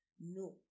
no